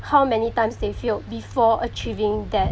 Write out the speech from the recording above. how many times they failed before achieving that